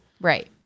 Right